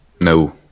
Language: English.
No